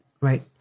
right